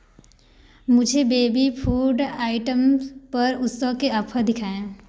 मुझे baby food items पर उत्सव के ऑफ़र दिखाएँ